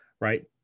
right